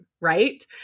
right